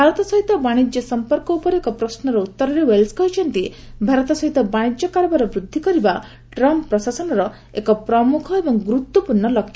ଭାରତ ସହିତ ବାଣିଜ୍ୟ ସମ୍ପର୍କ ଉପରେ ଏକ ପ୍ରଶ୍ନର ଉତ୍ତରରେ ଓ୍ବେଲସ୍ କହିଛନ୍ତି ଭାରତ ସହିତ ବାଶିଜ୍ୟ କାରବାର ବୃଦ୍ଧି କରିବା ଟ୍ରମ୍ପ ପ୍ରଶାସନର ଏକ ପ୍ରମୁଖ ଏବଂ ଗୁରୁତ୍ୱପୂର୍ଣ୍ଣ ଲକ୍ଷ